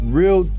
real